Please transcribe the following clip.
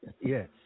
Yes